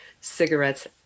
cigarettes